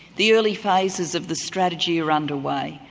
the early phases of the strategy are underway.